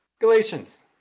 Galatians